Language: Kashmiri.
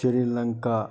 شِری لَنکا